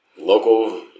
Local